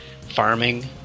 farming